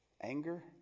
anger